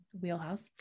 wheelhouse